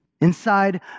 Inside